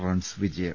runs വിജയം